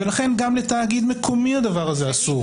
ולכן גם לתאגיד מקומי הדבר הזה אסור.